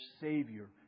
savior